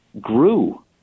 grew